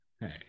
hey